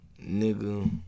Nigga